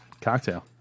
cocktail